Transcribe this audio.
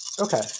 Okay